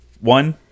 One